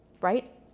right